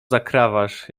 zakrawasz